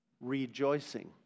rejoicing